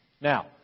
Now